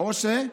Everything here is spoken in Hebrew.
או, או?